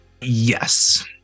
yes